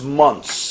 months